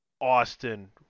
Austin